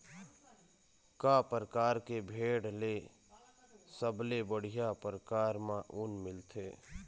का परकार के भेड़ ले सबले बढ़िया परकार म ऊन मिलथे?